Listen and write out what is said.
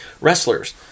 wrestlers